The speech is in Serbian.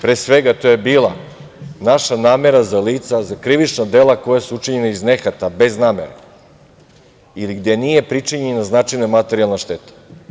Pre svega, to je bila naša namera za lica, a za krivična dela koja su učinjena iz nehata, bez namere, ili gde nije pričinjena značajna materijalna šteta.